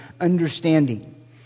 understanding